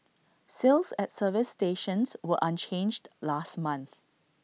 sales at service stations were unchanged last month